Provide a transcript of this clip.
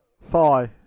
thigh